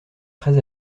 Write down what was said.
très